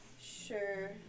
Sure